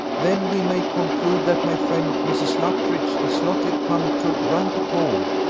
then we may conclude that my friend mrs. luttridge is not yet come to rantipole.